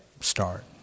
start